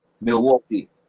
Milwaukee